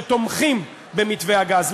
שתומכים במתווה הגז.